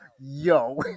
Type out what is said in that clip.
Yo